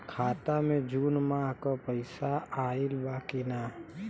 खाता मे जून माह क पैसा आईल बा की ना?